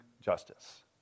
justice